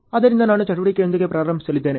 ಆದ್ದರಿಂದ ನಾನು ಚಟುವಟಿಕೆಯೊಂದಿಗೆ ಪ್ರಾರಂಭಿಸಲಿದ್ದೇನೆ